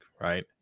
right